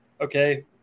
okay